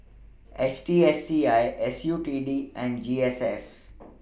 H T S C I S U T D and G S S